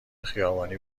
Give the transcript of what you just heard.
خیابانی